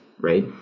right